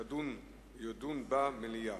יידון במליאה.